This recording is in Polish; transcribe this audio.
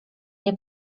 nie